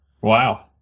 Wow